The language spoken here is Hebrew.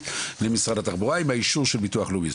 למשרד התחבורה עם האישור של ביטוח לאומי.